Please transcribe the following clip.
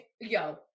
yo